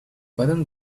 better